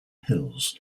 hills